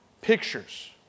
pictures